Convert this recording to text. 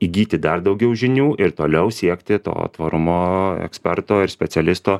įgyti dar daugiau žinių ir toliau siekti to tvarumo eksperto ir specialisto